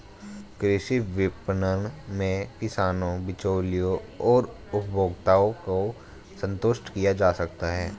कृषि विपणन में किसानों, बिचौलियों और उपभोक्ताओं को संतुष्ट किया जा सकता है